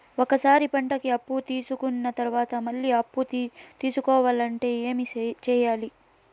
ఒక సారి పంటకి అప్పు తీసుకున్న తర్వాత మళ్ళీ అప్పు తీసుకోవాలంటే ఏమి చేయాలి?